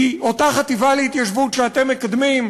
כי אותה חטיבה להתיישבות שאתם מקדמים,